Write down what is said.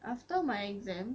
after my exam